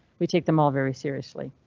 we take them all very seriously.